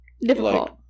Difficult